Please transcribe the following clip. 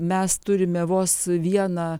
mes turime vos vieną